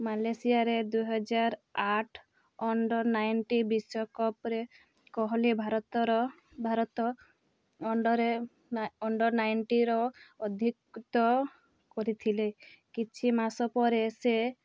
ମାଲେସିଆରେ ଦୁଇହଜାର ଆଠ under nineteen ବିଶ୍ୱକପରେ କୋହଲି ଭାରତର ଭାରତ ଅଣ୍ଡରରେ ଅଣ୍ଡର ନାଇଣ୍ଟିନ୍ର କରିଥିଲେ କିଛି ମାସ ପରେ ସେ